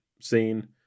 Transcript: scene